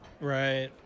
Right